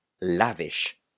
lavish